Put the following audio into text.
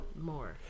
More